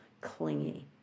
clingy